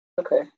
Okay